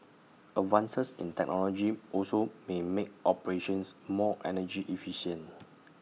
advances in technology also may make operations more energy efficient